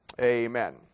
amen